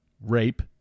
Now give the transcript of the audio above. rape